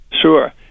Sure